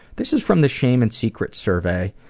this is from the shame and secrets survey,